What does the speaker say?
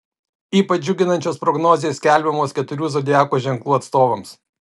ypač džiuginančios prognozės skelbiamos keturių zodiako ženklų atstovams